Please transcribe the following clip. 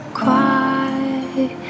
quiet